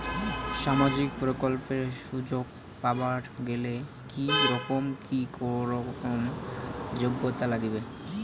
সামাজিক প্রকল্পের সুযোগ পাবার গেলে কি রকম কি রকম যোগ্যতা লাগিবে?